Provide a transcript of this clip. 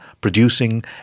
producing